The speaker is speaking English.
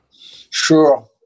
sure